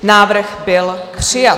Návrh byl přijat.